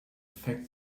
fact